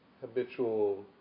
habitual